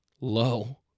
low